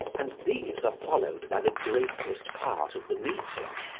and these are followed by the greatest part of the meeting,